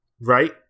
right